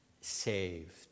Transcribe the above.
saved